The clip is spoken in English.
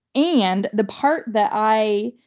and the part that i.